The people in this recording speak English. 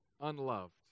unloved